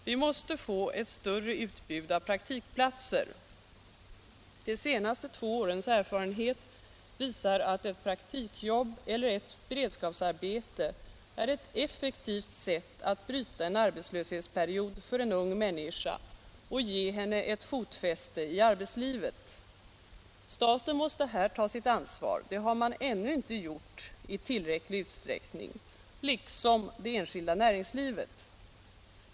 Vi måste få ett större utbud av praktikplatser. De senaste två årens erfarenhet visar att ett praktikjobb eller ett beredskapsarbete är ett effektivt sätt att bryta en arbetslöshetsperiod för en ung människa och ge henne ett fotfäste i arbetslivet. Staten måste här ta sitt ansvar - det har man ännu inte gjort i tillräcklig utsträckning — liksom det enskilda näringslivet.